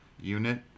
unit